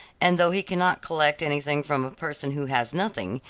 and though he cannot collect anything from a person who has nothing,